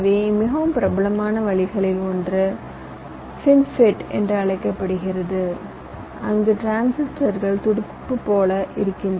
எனவே மிகவும் பிரபலமான வழிகளில் ஒன்று ஃபின்ஃபெட் என்று அழைக்கப்படுகிறது அங்கு டிரான்சிஸ்டர்கள் துடுப்புகளைப் போல இருக்கும்